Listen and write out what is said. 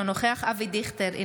אינו נוכח אבי דיכטר,